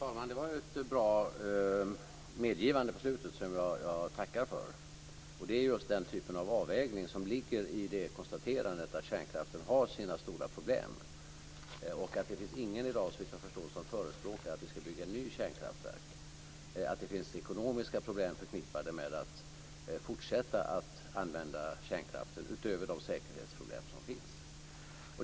Fru talman! Det var ett bra medgivande på slutet som jag tackar för. Det är just den typen av avvägning som ligger i konstaterandet att kärnkraften har sina stora problem. Det finns såvitt jag förstår i dag ingen som förespråkar att vi ska bygga nya kärnkraftverk. Det finns ekonomiska problem förknippade med att fortsätta att använda kärnkraften utöver de säkerhetsproblem som finns.